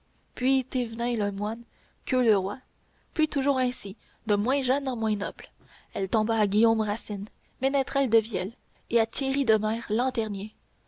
puis thévenin le moine queux le roi puis toujours ainsi de moins jeune en moins noble elle tomba à guillaume racine ménestrel de vielle et à thierry de mer